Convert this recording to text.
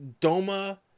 Doma